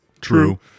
true